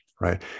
right